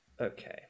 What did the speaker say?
Okay